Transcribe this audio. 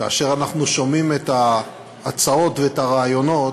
כאשר אנחנו שומעים את ההצעות ואת הרעיונות